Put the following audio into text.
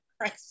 right